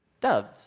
Doves